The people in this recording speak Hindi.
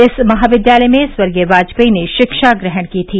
इस महाविद्यालय में स्वर्गीय वाजपेई ने शिक्षा ग्रहण की थी